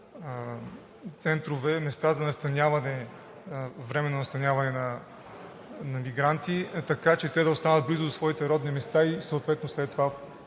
центрове, места за временно настаняване на мигранти, така че те да останат близо до своите родни места и съответно след това